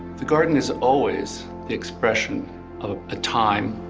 the garden is always the expression of a time,